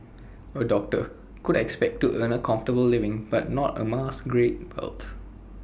A doctor could expect to earn A comfortable living but not amass great wealth